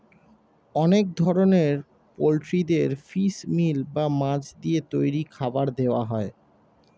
অনেক ধরনের পোল্ট্রিদের ফিশ মিল বা মাছ দিয়ে তৈরি খাবার দেওয়া হয়